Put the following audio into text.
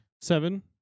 Seven